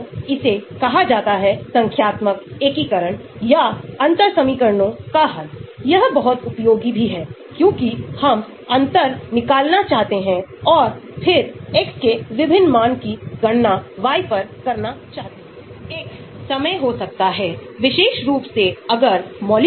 तो R का आकार प्रतिक्रिया की दर को प्रभावित करता है क्योंकि ऐसा होता है कि यहां कार्बोनिल कार्बन पर एक न्यूक्लियोफिलिक हमला होता है R